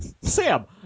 Sam